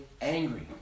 angry